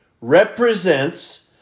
represents